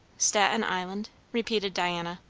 staten island? repeated diana.